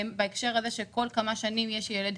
בהקשר הזה שבכל כמה שנים יש ילד,